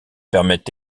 permettent